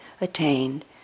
attained